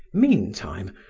meantime,